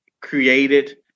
created